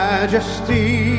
Majesty